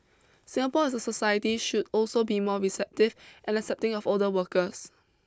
Singapore as a society should also be more receptive and accepting of older workers